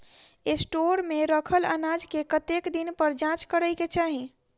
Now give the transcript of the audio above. Store मे रखल अनाज केँ कतेक दिन पर जाँच करै केँ चाहि?